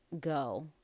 go